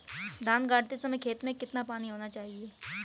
धान गाड़ते समय खेत में कितना पानी होना चाहिए?